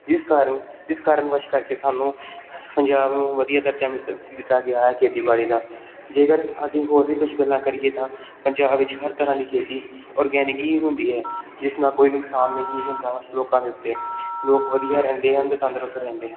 ਜਿਸ ਕਾਰਣ ਜਿਸ ਕਾਰਣ ਵਸ਼ ਕਰਕੇ ਸਾਨੂੰ ਪੰਜਾਬ ਨੂੰ ਵਧੀਆ ਦਰਜਾ ਦਿੱਤਾ ਗਿਆ ਹੈ ਖੇਤੀਬਾੜੀ ਦਾ ਜੇਕਰ ਅਸੀਂ ਹੋਰ ਵੀ ਕੁਝ ਗੱਲਾਂ ਕਰੀਏ ਤਾਂ ਪੰਜਾਬ ਵਿੱਚ ਹਰ ਤਰ੍ਹਾਂ ਦੀ ਖੇਤੀ ਔਰਗੈਨਿਕ ਹੀ ਹੁੰਦੀ ਹੈ ਜਿਸ ਨਾਲ ਕੋਈ ਨੁਕਸਾਨ ਨਹੀਂ ਹੁੰਦਾ ਲੋਕਾਂ ਦੇ ਉੱਤੇ ਲੋਕ ਵਧੀਆ ਰਹਿੰਦੇ ਹਨ ਅਤੇ ਤੰਦਰੁਸਤ ਰਹਿੰਦੇ ਹਨ